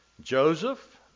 Joseph